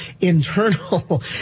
internal